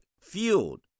fueled